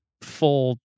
full